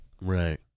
right